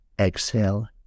exhale